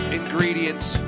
ingredients